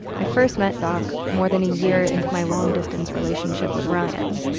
i first met doc more than a year into my long-distance relationship with ryan.